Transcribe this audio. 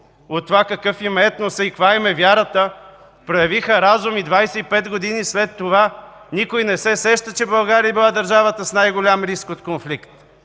от това какъв им е етносът и каква им е вярата, проявиха разум и 25 г. след това никой не се сеща, че България е била с най-голям риск от конфликт.